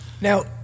Now